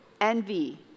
envy